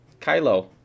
Kylo